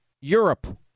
Europe